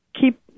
Keep